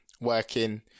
working